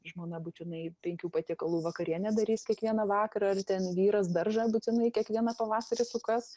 žmona būtinai penkių patiekalų vakarienę darys kiekvieną vakarą ar ten vyras daržą būtinai kiekvieną pavasarį sukas